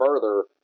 further